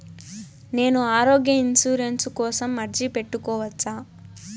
నేను ఆరోగ్య ఇన్సూరెన్సు కోసం అర్జీ పెట్టుకోవచ్చా?